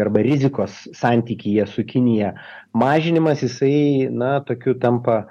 arba rizikos santykyje su kinija mažinimas jisai na tokiu tampa